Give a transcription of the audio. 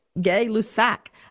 Gay-Lussac